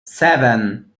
seven